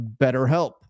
BetterHelp